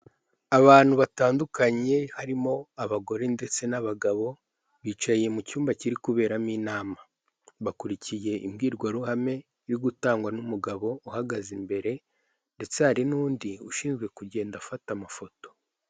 Abantu batandukanye, harimo abagore ndetse n'abagabo, bicaye mu cyumba kiri kuberamo inama. Bakurikiye imbwirwaruhame iri gutangwa n'umugabo uhagaze imbere ndetse hari n'undi ushinzwe kugenda afata amafoto.